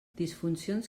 disfuncions